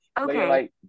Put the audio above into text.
Okay